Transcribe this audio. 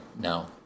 no